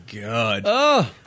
God